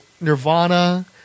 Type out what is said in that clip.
Nirvana